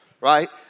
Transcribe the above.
right